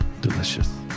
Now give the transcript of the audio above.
Delicious